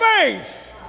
faith